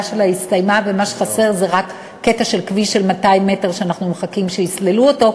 הסתיימה ומה שחסר זה רק קטע כביש של 200 מטר שאנחנו מחכים שיסללו אותו,